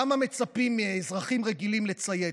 למה מצפים מאזרחים רגילים לציית,